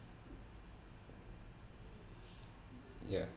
ya